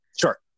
sure